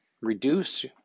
Reduce